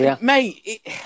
mate